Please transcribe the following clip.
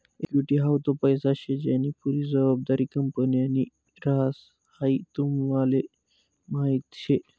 equity हाऊ तो पैसा शे ज्यानी पुरी जबाबदारी कंपनीनि ह्रास, हाई तुमले माहीत शे